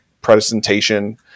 presentation